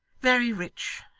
very rich.